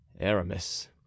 Aramis